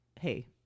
Hey